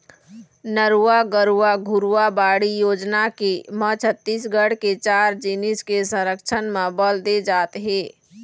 नरूवा, गरूवा, घुरूवा, बाड़ी योजना के म छत्तीसगढ़ के चार जिनिस के संरक्छन म बल दे जात हे